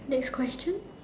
next question